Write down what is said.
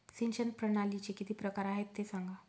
सिंचन प्रणालीचे किती प्रकार आहे ते सांगा